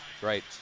Great